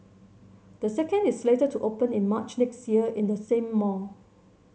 the second is slated to open in March next year in the same mall